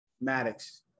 Maddox